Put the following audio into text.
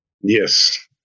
Yes